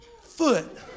foot